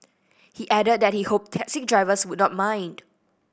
he added that he hoped taxi drivers would not mind